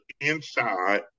inside